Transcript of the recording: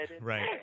right